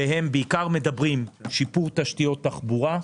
והם בעיקר מדברים על שיפור תשתיות תחבורה,